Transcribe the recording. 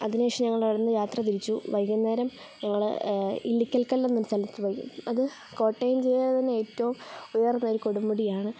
അതിനുശേഷം ഞങ്ങൾ അവിടുന്ന് യാത്ര തിരിച്ചു വൈകുന്നേരം ഞങ്ങൾ ഇല്ലിക്കൽ കല്ല് എന്നൊരു സ്ഥലത്ത് പോയി അത് കോട്ടയം ജില്ലയിലെ തന്നെ ഏറ്റവും ഉയർന്ന ഒരു കൊടുമുടിയാണ്